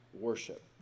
worship